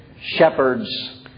Shepherds